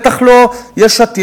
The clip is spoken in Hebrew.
בטח לא יש עתיד,